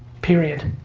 period.